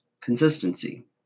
consistency